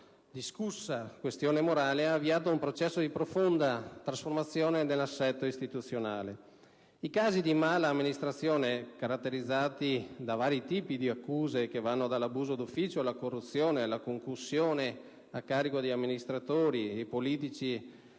questione morale, ha avviato un processo di profonda trasformazione dell'assetto istituzionale. I casi di mala amministrazione, caratterizzati da vari tipi di accuse che vanno dall'abuso di ufficio, alla corruzione, alla concussione a carico di amministratori e politici